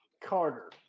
Carter